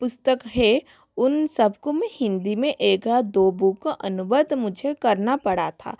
पुस्तक है उन सबको मैं हिन्दी में एकाध दो बुक अनुवाद मुझे करना पड़ा था